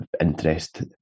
interest